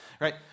Right